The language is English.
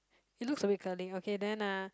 it's look a bit curling okay then uh